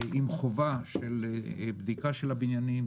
עם חובה של בדיקה של הבניינים,